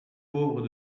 pauvres